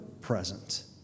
present